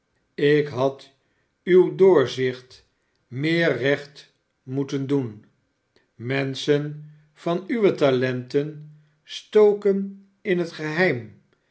ik had uw doorzicht meer recht moeten doen menschen van uwe talenten stoken in het geheim